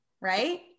right